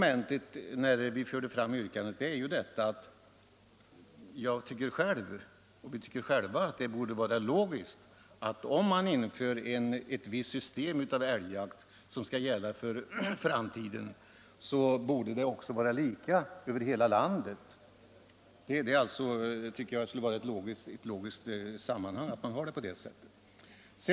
Ett annat skäl för vårt yrkande är att vi tycker att om man inför ett visst system för älgjakt, som skall gälla för framtiden, bör det vara lika över hela landet. Det borde ju vara en logisk slutsats.